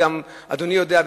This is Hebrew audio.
וגם אדוני יודע,